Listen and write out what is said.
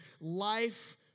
Life